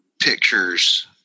pictures